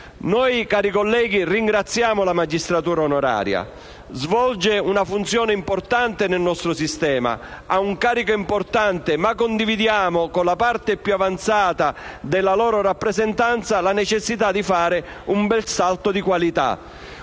Noi, cari colleghi, ringraziamo la magistratura onoraria, che svolge una funzione importante nel nostro sistema e ha un carico importante. Ma condividiamo, con la parte più avanzata della loro rappresentanza, la necessità di fare un bel salto di qualità,